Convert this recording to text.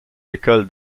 l’école